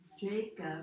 Jacob